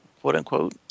quote-unquote